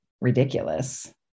ridiculous